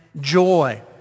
joy